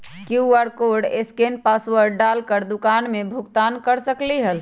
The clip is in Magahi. कियु.आर कोड स्केन पासवर्ड डाल कर दुकान में भुगतान कर सकलीहल?